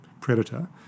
predator